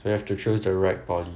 so you have to choose the right poly